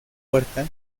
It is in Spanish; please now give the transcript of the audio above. puerta